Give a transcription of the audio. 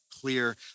clear